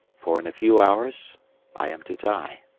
for in a few hours i am to die.